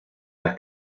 las